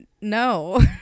No